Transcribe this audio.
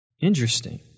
Interesting